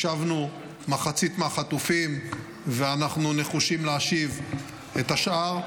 השבנו מחצית מהחטופים ואנחנו נחושים להשיב את השאר.